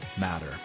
matter